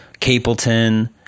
Capleton